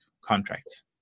contracts